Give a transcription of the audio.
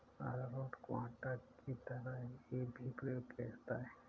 अरारोट को आटा की तरह भी प्रयोग किया जाता है